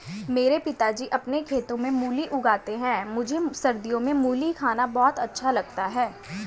मेरे पिताजी अपने खेतों में मूली उगाते हैं मुझे सर्दियों में मूली खाना बहुत अच्छा लगता है